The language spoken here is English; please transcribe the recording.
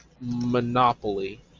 monopoly